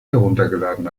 heruntergeladen